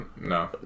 no